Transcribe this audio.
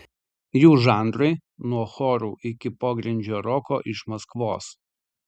jų žanrai nuo chorų iki pogrindžio roko iš maskvos